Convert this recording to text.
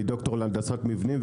אני ד"ר להנדסת מבנים,